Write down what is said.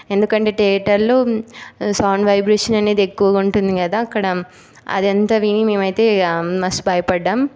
ఎందుకంటే థియేటర్లో sound vibration అనేది ఎక్కువగా ఉంటుంది కదా అక్కడ అదంతా విని మేమైతే ఇక మస్తు భయపడ్డాం